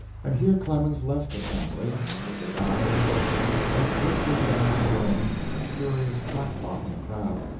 and here clemens left the family and, with a guide and a boatman, went drifting down the rhone in a curious, flat-bottomed craft,